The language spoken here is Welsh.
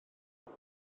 bydd